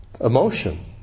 emotion